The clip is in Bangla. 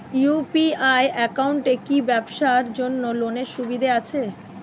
ইউ.পি.আই একাউন্টে কি ব্যবসার জন্য লোনের সুবিধা আছে?